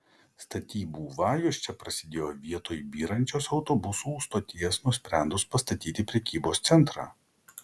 statybų vajus čia prasidėjo vietoj byrančios autobusų stoties nusprendus pastatyti prekybos centrą